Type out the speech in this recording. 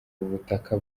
ubutaka